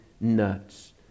nuts